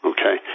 Okay